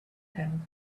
him